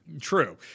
True